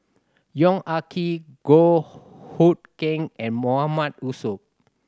Yong Ah Kee Goh Hood Keng and Mahmood Yusof